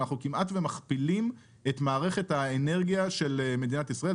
אנחנו כמעט ומכפילים את מערכת האנרגיה של מדינת ישראל,